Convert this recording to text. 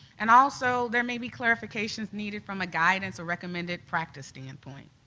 and also, there may be clarifications needed from guidance or recommended practice standpoint,